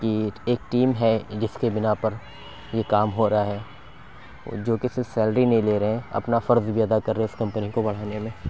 کہ ایک ٹیم ہے جس کے بنا پر یہ کام ہو رہا ہے او جو کہ سے سیلری نہیں لے رہے ہیں اپنا فرض بھی ادا کر رہے ہیں اس کمپنی کو بڑھانے میں